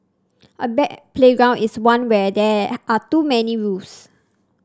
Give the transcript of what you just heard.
a bad playground is one where there are too many rules